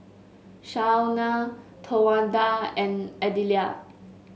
Shawna Towanda and Adelia